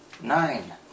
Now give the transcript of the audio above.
Nine